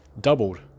doubled